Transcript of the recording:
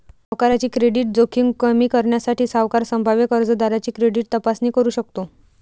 सावकाराची क्रेडिट जोखीम कमी करण्यासाठी, सावकार संभाव्य कर्जदाराची क्रेडिट तपासणी करू शकतो